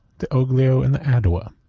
the oglio, and the addua,